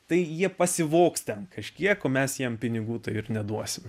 tai jie pasivogs ten kažkiek o mes jiem pinigų ir neduosime